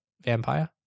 Vampire